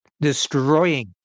destroying